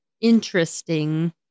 Interesting